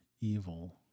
evil